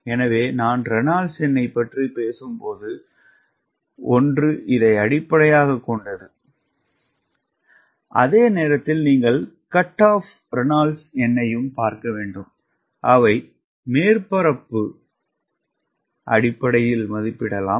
எனவே நான் ரெனால்ட்ஸ் எண்ணைப் பற்றி பேசும்போது ஒன்று இதை அடிப்படையாகக் கொண்டது அதே நேரத்தில் நீங்கள் கட் ஆப் ரெனால்ட்ஸ் எண்ணையும் பார்க்க வேண்டும் அவை மேற்பரப்பு பூச்சு அடிப்படையில் மதிப்பிடப்படலாம்